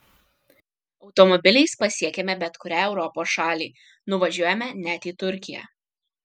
automobiliais pasiekiame bet kurią europos šalį nuvažiuojame net į turkiją